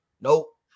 nope